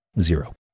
zero